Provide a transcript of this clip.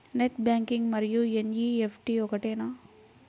Net banking మరియు NEFT ఒకటేనా?